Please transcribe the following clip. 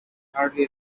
hardly